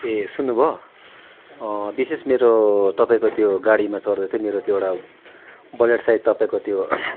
ए सुन्नुभयो विशेष मेरो तपाईँको त्यो गाडीमा चढ्दा त्यही त्यो मेरो एउटा वलेट सायद तपाईँको त्यो